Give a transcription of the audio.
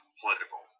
political